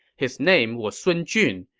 his name was sun jun.